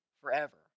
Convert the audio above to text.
forever